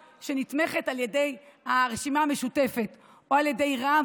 שנתמכת על ידי הרשימה המשותפת או על ידי רע"מ